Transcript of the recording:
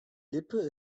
lippe